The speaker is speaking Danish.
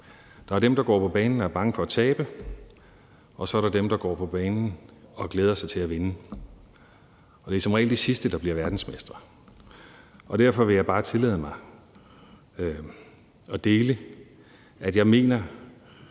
Der er dem, der går på banen og er bange for at tabe, og så er der dem, der går på banen og glæder sig til at vinde, og det er som regel, de sidste, der bliver verdensmestre. Derfor vil jeg bare tillade mig at dele dette: Jeg mener,